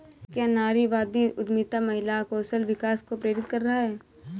क्या नारीवादी उद्यमिता महिला कौशल विकास को प्रेरित कर रहा है?